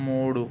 మూడు